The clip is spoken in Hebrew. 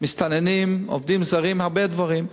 המסתננים, עובדים זרים, הרבה דברים.